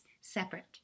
separate